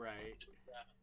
Right